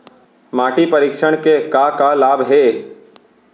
माटी परीक्षण के का का लाभ हे?